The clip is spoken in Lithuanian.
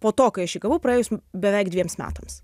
po to kai šį gavau praėjus beveik dviems metams